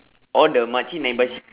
oh the makcik naik basikal